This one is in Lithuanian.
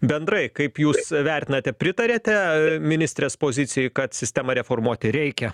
bendrai kaip jūs vertinate pritariate ministrės pozicijai kad sistemą reformuoti reikia